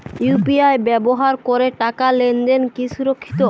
UPI ব্যবহার করে টাকা লেনদেন কি সুরক্ষিত?